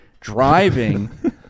driving